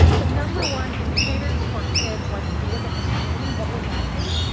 the number one indicators for kids, like, if we looked at the screening, what would that be?